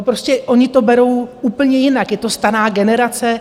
Prostě oni to berou úplně jinak, je to stará generace.